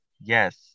yes